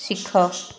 ଶିଖ